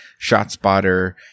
ShotSpotter